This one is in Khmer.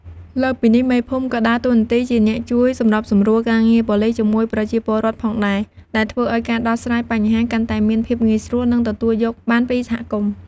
លើសពីនេះ មេភូមិក៏ដើរតួនាទីជាអ្នក ជួយសម្របសម្រួលការងារប៉ូលីសជាមួយប្រជាពលរដ្ឋ ផងដែរ ដែលធ្វើឱ្យការដោះស្រាយបញ្ហាកាន់តែមានភាពងាយស្រួល និងទទួលយកបានពីសហគមន៍។